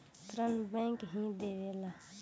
ऋण बैंक ही देवेला